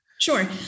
Sure